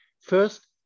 First